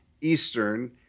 Eastern